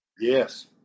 Yes